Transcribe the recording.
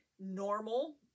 Normal